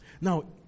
now